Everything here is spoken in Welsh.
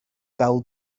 bêl